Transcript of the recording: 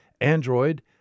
Android